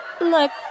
Look